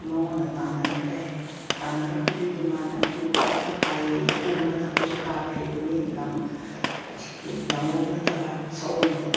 ꯃꯉꯣꯟꯗ ꯇꯥꯟꯅꯔꯛꯈ꯭ꯔꯦ ꯇꯥꯟꯅꯔꯛꯄꯗꯒꯤ ꯃꯥꯅ ꯎꯊꯛꯇ ꯀꯥꯏꯌꯌꯦ ꯎ ꯃꯊꯛꯇꯁꯨ ꯀꯥꯕ ꯍꯩꯕꯅꯤ ꯍꯧꯖꯤꯛꯀꯤ ꯂꯝꯑꯣꯛ ꯅꯠꯇꯕ ꯁꯑꯣꯝꯗꯣ